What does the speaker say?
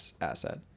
asset